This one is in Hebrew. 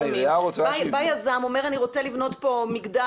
בא יזם ואומר שהוא רוצה לבנות מגדל,